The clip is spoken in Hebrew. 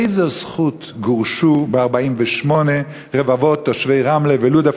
באיזו זכות גורשו ב-1948 רבבות הפלסטינים תושבי רמלה ולוד,